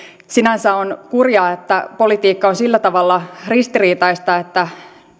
sinänsä on kurjaa että politiikka on sillä tavalla ristiriitaista että